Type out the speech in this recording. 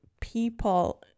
people